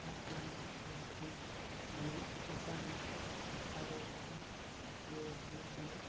ꯄ꯭ꯔꯗꯥꯟ ꯃꯟꯇ꯭ꯔꯤꯒꯤ ꯖꯥꯟ ꯑꯔꯣꯒ꯭ꯌꯥ ꯌꯣꯖꯅꯥꯅ